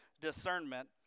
discernment